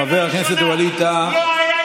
חבר הכנסת ווליד טאהא,